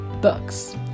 books